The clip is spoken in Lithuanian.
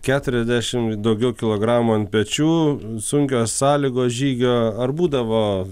keturiasdešimt daugiau kilogramų ant pečių sunkios sąlygos žygio ar būdavo